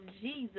Jesus